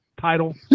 title